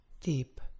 deep